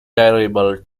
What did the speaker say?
terrible